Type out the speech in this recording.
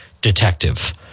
detective